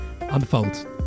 Unfold